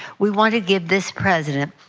we wanna give this president,